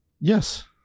Yes